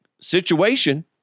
situation